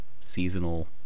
seasonal